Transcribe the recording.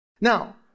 Now